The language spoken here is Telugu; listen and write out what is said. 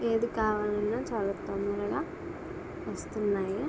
ఏది కావాలన్నా చాలా తొందరగా వస్తున్నాయి